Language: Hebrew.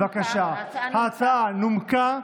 ההצעה נומקה,